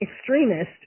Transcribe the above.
extremist